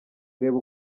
reba